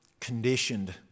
conditioned